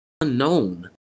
unknown